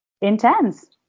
intense